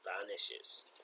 vanishes